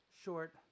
short